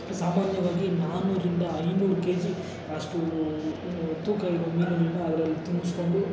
ಸಾಮಾನ್ಯವಾಗಿ ನಾನೂರರಿಂದ ಐನೂರು ಕೆಜಿ ಅಷ್ಟು ತೂಕ ಇರೋ ಮೀನುಗಳನ್ನು ಅದ್ರಲ್ಲಿ ತುಂಬಿಸ್ಕೊಂಡು